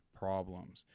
problems